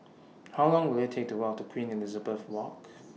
How Long Will IT Take to Walk to Queen Elizabeth Walk